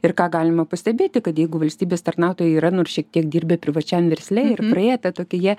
ir ką galima pastebėti kad jeigu valstybės tarnautojai yra nors šiek tiek dirbę privačiam versle ir praėję tą tokį jie